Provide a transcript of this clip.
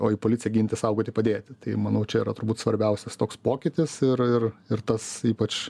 o į policiją ginti saugoti padėti tai manau čia yra turbūt svarbiausias toks pokytis ir ir ir tas ypač